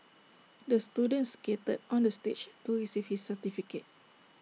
the student skated onto the stage to receive his certificate